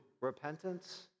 repentance